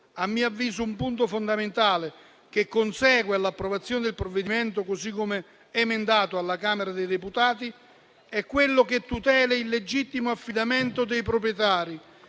A mio avviso, un punto fondamentale che consegue all'approvazione del provvedimento così come emendato alla Camera dei deputati è quello che tutela il legittimo affidamento dei proprietari